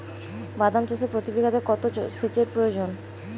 বাদাম চাষে প্রতি বিঘাতে কত সেচের প্রয়োজন?